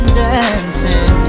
dancing